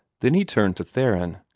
then he turned to theron.